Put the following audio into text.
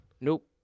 Nope